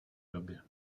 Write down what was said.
době